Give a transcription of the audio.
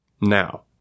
Now